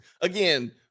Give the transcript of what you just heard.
Again